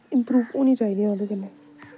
improve होनी चाहिदी मतलब ओह्दे कन्नै